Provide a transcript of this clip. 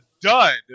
dud